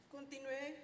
Continué